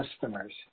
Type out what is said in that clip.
customers